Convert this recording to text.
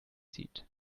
zieht